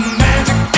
magic